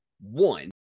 one